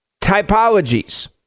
typologies